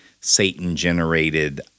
Satan-generated